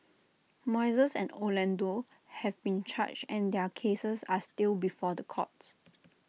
Moises and Orlando have been charged and their cases are still before the courts